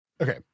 Okay